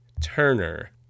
Turner